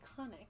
iconic